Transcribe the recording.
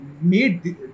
made